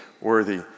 worthy